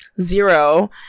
zero